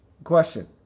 Question